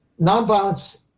nonviolence